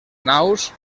naus